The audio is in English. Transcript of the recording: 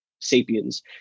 Sapiens